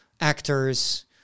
actors